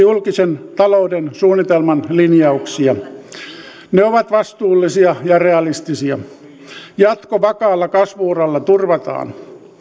julkisen talouden suunnitelman linjauksia ne ovat vastuullisia ja realistisia jatko vakaalla kasvu uralla turvataan